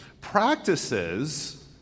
Practices